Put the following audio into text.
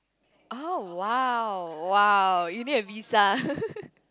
oh !wow! !wow! you need a visa